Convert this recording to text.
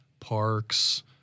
Parks